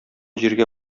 җиргә